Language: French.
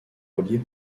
reliés